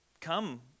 come